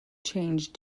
change